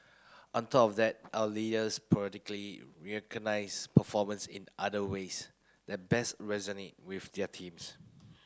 on top of that our leaders periodically recognise performance in other ways that best resonate with their teams